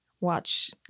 watch